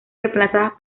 reemplazadas